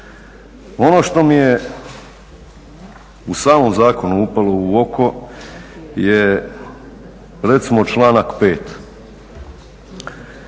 Ono što mi je u samom zakonu upalo u oko je recimo članak 5.